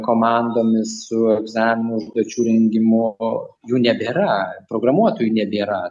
komandomis su egzaminų užduočių rengimu o jų nebėra programuotojų nebėra